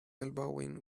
elbowing